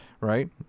right